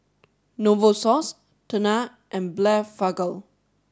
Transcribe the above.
Novosource Tena and Blephagel